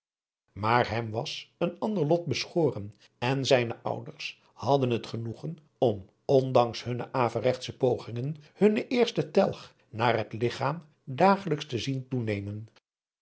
maar hem was een ander lot beschoren en zijne ouders hadden het genoegen om ondanks hunne averegtsche pogingen hunnen eersten telg naar het ligchaam dagelijks te zien toenemen